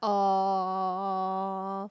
oh